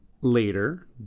Later